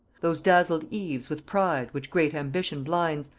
those dazzled eves with pride, which great ambition blinds,